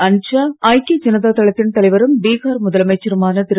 அனித் ஷா ஐக்கிய ஜனதா தளத்தின் தலைவரும் பிஹார் முதலமைச்சருமான திரு